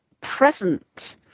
present